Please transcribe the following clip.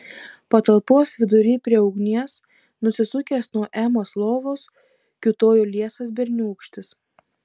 patalpos vidury prie ugnies nusisukęs nuo emos lovos kiūtojo liesas berniūkštis